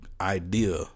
idea